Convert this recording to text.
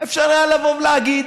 אפשר היה לבוא ולהגיד: